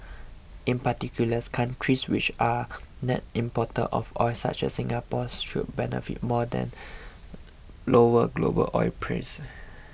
in particular countries which are net importers of oil such as Singapore should benefit more then lower global oil prices